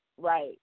Right